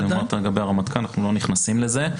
אנחנו לא נכנסים לזה.